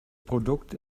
produkt